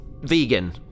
vegan